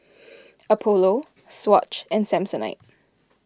Apollo Swatch and Samsonite